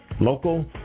Local